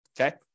Okay